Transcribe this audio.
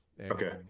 okay